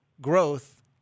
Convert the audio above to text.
growth